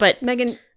Megan